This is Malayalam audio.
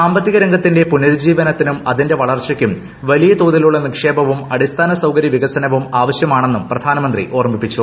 ാമ്പത്തികരംഗത്തിന്റെ പുനരുജ്ജജീവനത്തിനും അതിന്റെ വളർച്ചയക്കും വലിയ തോതിലുള്ള നിക്ഷേപവും അടിസ്ഥാന സൌകര്യ വികസനവും ആവശ്യമാണെന്നും പ്രധാനമന്ത്രി ഓർമിപ്പിച്ചു